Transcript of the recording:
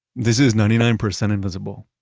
this is ninety nine percent invisible.